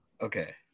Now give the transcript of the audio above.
Okay